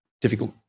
difficult